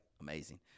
Amazing